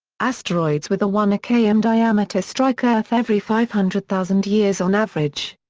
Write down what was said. asteroids with a one km diameter strike earth every five hundred thousand years on average.